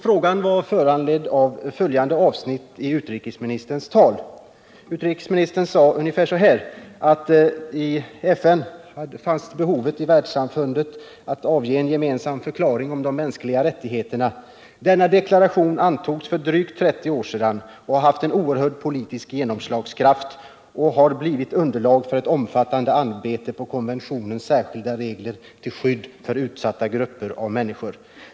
Frågan var föranledd av det avsnitt i utrikesministerns tal där han säger att FN:s deklaration om de mänskliga rättigheterna, ”som antogs för drygt 30 år sedan, har haft och har en oerhörd politisk genomslagskraft och har bildat underlag för ett omfattande arbete på konventioner och särskilda regler till skydd för utsatta grupper av människor.